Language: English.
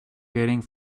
getting